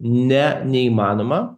ne neįmanoma